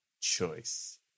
choice